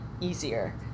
easier